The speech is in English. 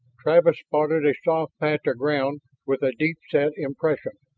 travis spotted a soft patch of ground with a deep-set impression.